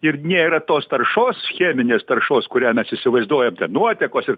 ir nėra tos taršos cheminės taršos kurią mes įsivaizduojam nuotekos ir